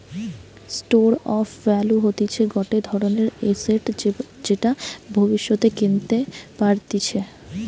store of value হতিছে গটে ধরণের এসেট যেটা ভব্যিষতে কেনতে পারতিছে